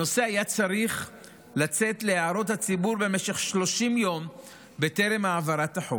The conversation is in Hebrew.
הנושא היה צריך לצאת להערות הציבור ל-30 יום בטרם העברת החוק,